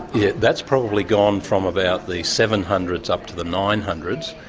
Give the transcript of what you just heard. yeah, that's probably gone from about the seven hundred s up to the nine hundred